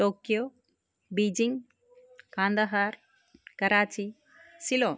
Tokyo Beijing Kandahar Karachi slow